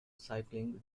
cycling